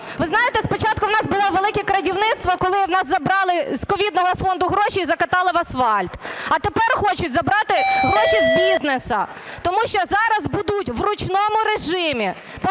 Ви знаєте, спочатку у нас було "велике крадівництво", коли у нас забрали з ковідного фонду гроші і закатали в асфальт, а тепер хочуть забрати гроші з бізнесу, тому що зараз будуть в ручному режимі,